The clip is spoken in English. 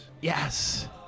Yes